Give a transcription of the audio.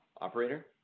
Operator